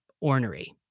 ornery